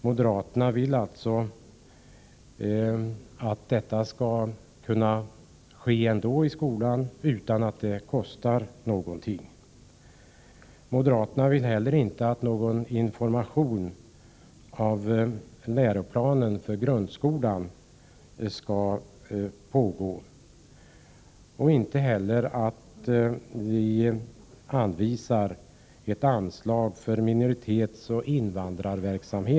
Moderaterna vill alltså att handledningen i skolorna skall ske ändå, utan att det kostar någonting. Vidare vill moderaterna inte att det skall ges någon information om läroplaner för grundskolan, och de vill inte heller att vi anvisar ett anslag till minoritetsoch invandrarverksamhet.